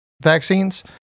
vaccines